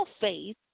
faith